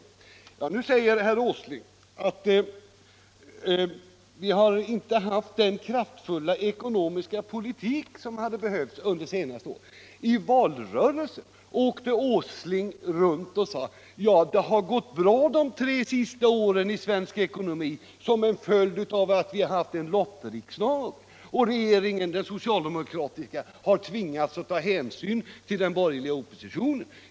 Tisdagen den Nu säger herr Åsling att man under de senaste åren inte har fört den 16 november 1976 kraftfulla ekonomiska politik som hade varit nödvändig. I valrörelsen I reste herr Åsling runt och sade att det har gått bra under de tre senaste Om åtgärder för att åren inom svensk ekonomi på grund av att vi haft en lottriksdag och rädda svensk den socialdemokratiska regeringen tvingats ta hänsyn till den borgerliga — skinnindustri oppositionen.